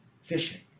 fishing